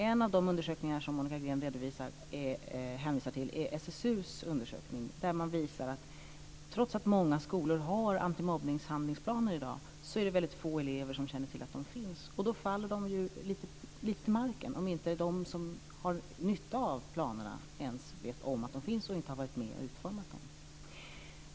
En av de undersökningar som Monica Green hänvisar till är gjord av SSU. I den visar man att trots att många skolor i dag har antimobbningshandlingsplaner, är det väldigt få elever som känner till att de finns. De faller ju till marken om inte de som ska ha nytta av planerna inte ens vet om att de finns och inte har varit med om att utforma dem.